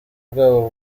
bwabo